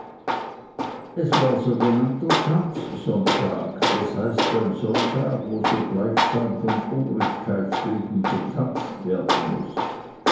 es war sogenannter tanzsonntag das heißt ein sonntag wo so gleichsam von obrigkeits wegen getanzt werden muß